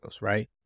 right